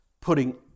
putting